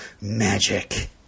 magic